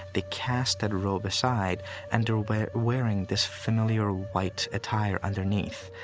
they cast that robe aside and are wearing wearing this familiar white attire underneath.